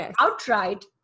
outright